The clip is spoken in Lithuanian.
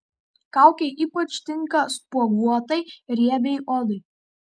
kaukė ypač tinka spuoguotai riebiai odai